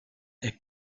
est